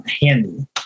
handy